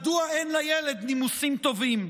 מדוע אין לילד נימוסים טובים.